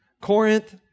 Corinth